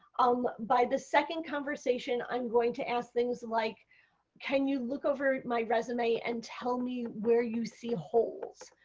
um by the second conversation i am going to ask things like can you look over my resume and tell me where you see holes?